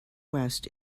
west